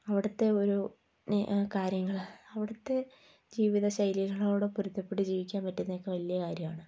അവിടുത്തെ ഓരോ കാര്യങ്ങൾ അവിടുത്തെ ജീവിത ശൈലികളോടും പൊരുത്തപ്പെട്ട് ജീവിക്കാൻ പറ്റുന്നതൊക്കെ വലിയ കാര്യമാണ്